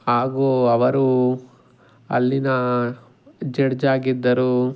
ಹಾಗೂ ಅವರು ಅಲ್ಲಿನ ಜಡ್ಜ್ ಆಗಿದ್ದರು